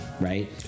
right